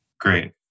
great